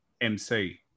MC